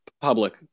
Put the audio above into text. public